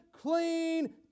clean